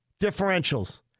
Differentials